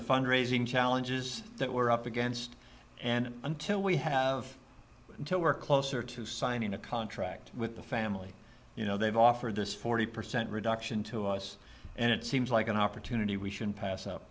the fund raising challenges that we're up against and until we have until we're closer to signing a contract with the family you know they've offered this forty percent reduction to us and it seems like an opportunity we should pass up